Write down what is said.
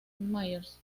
myers